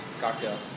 cocktail